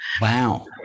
Wow